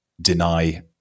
deny